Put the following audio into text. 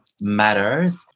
matters